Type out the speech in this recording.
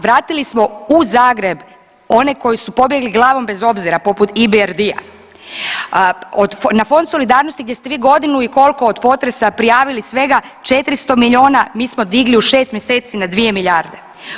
Vratili smo u Zagreb one koji su pobjegli glavom bez obzira poput IBRD-a, .../nerazumljivo/... na fond solidarnosti, gdje ste vi godinu i koliko od potresa prijavili svega 400 milijuna, mi smo digli u 6 mjeseci na 2 milijarde.